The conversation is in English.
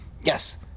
Yes